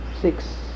Six